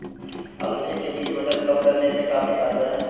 अलसी के बीज वजन कम करने में काफी कारगर है